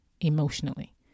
emotionally